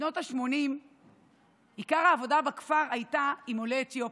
בשנות השמונים עיקר העבודה בכפר הייתה עם עולי אתיופיה,